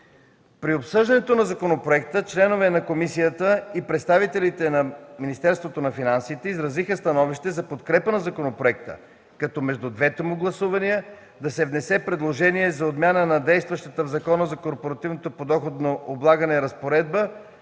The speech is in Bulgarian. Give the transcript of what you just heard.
При обсъждането на законопроекта членовете на комисията и представителите на Министерството на финансите изразиха становища за подкрепа на законопроекта, като между двете му гласувания да се внесе предложение за отмяна на действащата в Закона за корпоративното подоходно облагане разпоредба